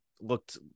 looked